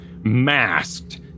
masked